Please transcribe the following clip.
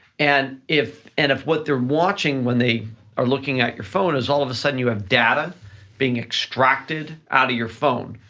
and if and if what they're watching when they are looking at your phone is all of a sudden you have data being extracted out of your phone,